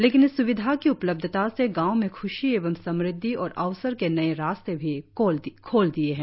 लेकिन इस स्विधा की उपलब्धता से गांव में ख्शी एवं समृद्धि और अवसर के नए रास्ते भी खोल दिए है